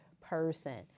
person